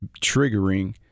triggering